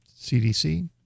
cdc